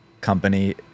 company